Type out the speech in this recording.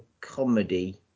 comedy